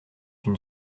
une